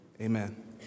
amen